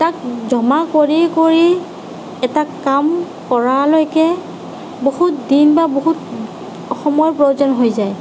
তাক জমা কৰি কৰি এটা কাম কৰালৈকে বহুত দিন বা বহুত সময়ৰ প্ৰয়োজন হৈ যায়